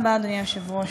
תודה רבה, אדוני היושב-ראש,